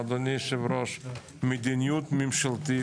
אדוני היושב-ראש, יש פה מדיניות ממשלתית.